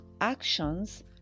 actions